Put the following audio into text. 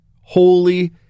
Holy